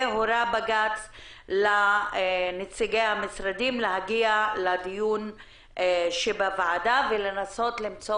ובג"ץ הורה לנציגי המשרדים להגיע לדיון בוועדה ולנסות למצוא